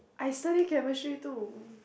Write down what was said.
I study chemistry too